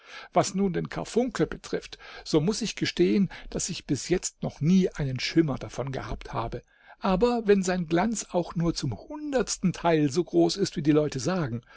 was nun den karfunkel betrifft so muß ich gestehen daß ich bis jetzt noch nie einen schimmer davon gehabt habe aber wenn sein glanz auch nur zum hundertsten teil so groß ist wie die leute sagen